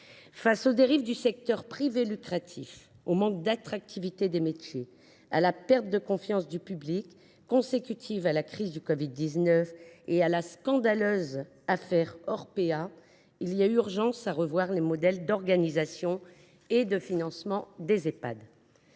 Face aux dérives du secteur privé lucratif, au manque d’attractivité des métiers, à la perte de confiance du public consécutive à la crise de la covid 19 et à la scandaleuse affaire Orpea, il y a urgence à revoir les modèles d’organisation et de financement des Ehpad.